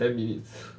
ten minutes